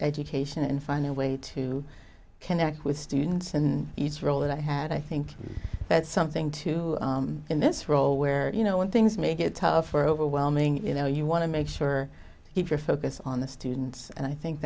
education and find a way to connect with students and it's real that i had i think that's something to in this role where you know when things make it tough for overwhelming you know you want to make sure your focus on the students and i think